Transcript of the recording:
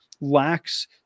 lacks